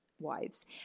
wives